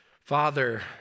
Father